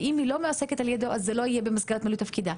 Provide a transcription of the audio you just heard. ואם היא לא מועסקת על-ידו זה לא יהיה במסגרת מילוי תפקידה.